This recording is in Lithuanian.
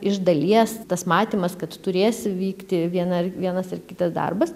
iš dalies tas matymas kad turės vykti viena ar vienas ir kitas darbas